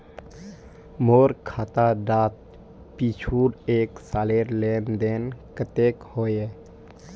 मोर खाता डात पिछुर एक सालेर लेन देन कतेक होइए?